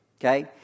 Okay